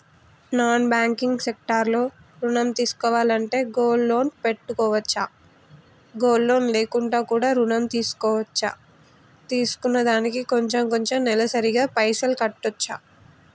Non banking sector లో ఋణం తీసుకోవాలంటే గోల్డ్ లోన్ పెట్టుకోవచ్చా? గోల్డ్ లోన్ లేకుండా కూడా ఋణం తీసుకోవచ్చా? తీసుకున్న దానికి కొంచెం కొంచెం నెలసరి గా పైసలు కట్టొచ్చా?